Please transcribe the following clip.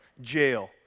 Jail